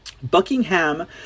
Buckingham